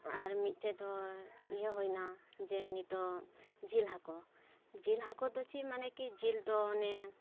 ᱟᱨ ᱢᱤᱫᱴᱮᱡ ᱫᱚ ᱤᱭᱟᱹ ᱦᱩᱭᱱᱟ ᱡᱮ ᱱᱤᱛᱚᱜ ᱡᱤᱞ ᱦᱟᱹᱠᱩ ᱡᱤᱞ ᱦᱟᱹᱠᱩ ᱫᱚ ᱪᱮᱫ ᱢᱟᱱᱮ ᱠᱤ ᱡᱤᱞ ᱫᱚ ᱚᱱᱮ